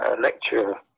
lecture